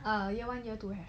err year one year two have